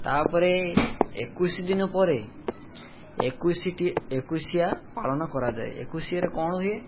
ତାପରେ ଏକୋଇଶି ଦିନ ପରେ ଏକୋଇଶିଟି ଏକୋଇଶିଆ ପାଳନ କରାଯାଏ ଏକୋଇଶିଆରେ କ'ଣ ହୁଏ